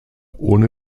ohne